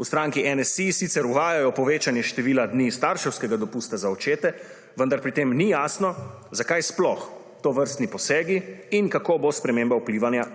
V stranki NSi sicer uvajajo povečanje števila dni starševskega dopusta za očete, vendar pri tem ni jasno, zakaj sploh tovrstni posegi in kako bo sprememba